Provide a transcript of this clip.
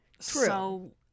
True